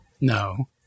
No